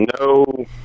no